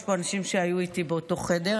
יש פה אנשים שהיו איתי באותו חדר.